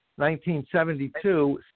1972